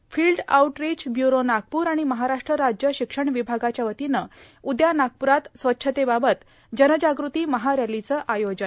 field outreach bureau Nagpur आणि महाराष्ट्र राज्य र्शिक्षण विभागाच्या वतीनं उद्या नागपुरात स्वच्छतेबाबत जनजागृती महा रॅलोंचं आयोजन